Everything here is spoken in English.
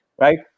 right